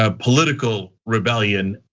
ah political rebellion.